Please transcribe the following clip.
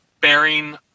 bearing